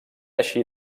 així